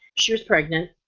she was pregnant.